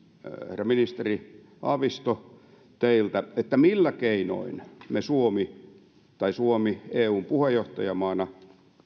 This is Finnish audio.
herra ministeri haavisto millä keinoin me tai suomi eun puheenjohtajamaana